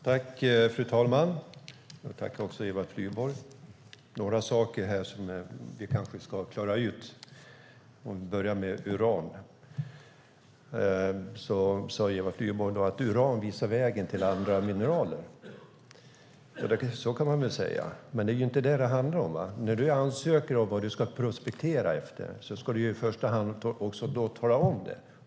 Fru talman! Det finns några saker som vi kanske ska klara ut. Jag börjar med uranet. Eva Flyborg sade att uran visar vägen till andra mineraler. Så kan man väl säga, men det handlar ju inte om det. När man ansöker om tillstånd att prospektera efter uran ska man tala om det.